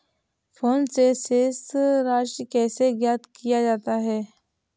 Phone से शेष राशि कैसे ज्ञात किया जाता है?